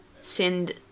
send